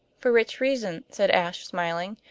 for which reason, said ashe, smiling,